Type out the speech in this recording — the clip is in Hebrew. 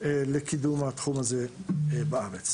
לקידום התחום הזה בארץ.